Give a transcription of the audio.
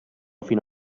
fino